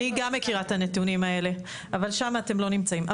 אני גם מכירה את הנתונים האלה אבל שם אתם לא נמצאים.